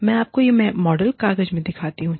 मैं आपको यह मॉडल कागज में दिखाती हूँ